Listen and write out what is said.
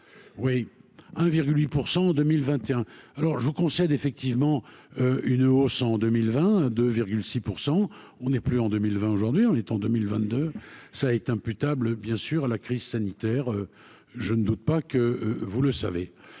8 % en 2021, alors je vous concède effectivement une hausse en 2020, 2 6 % on est plus en 2020, aujourd'hui on est en 2022 ça est imputable bien sûr à la crise sanitaire, je ne doute pas que vous le savez,